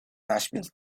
nashville